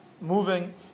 moving